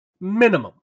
Minimum